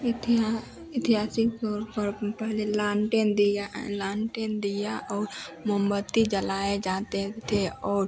इतिहा ऐतिहासिक तौर पर पहले लालटेन दिया लालटेन दिया और मोमबत्ती जलाए जाते थे और